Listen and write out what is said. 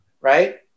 right